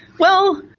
well,